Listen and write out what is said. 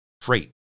freight